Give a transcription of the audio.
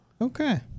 Okay